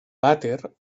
vàter